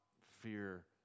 fear